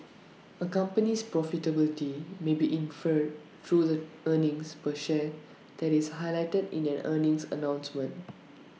A company's profitability may be inferred through the earnings per share that is highlighted in an earnings announcement